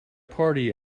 party